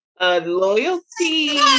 loyalty